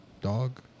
dog